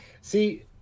See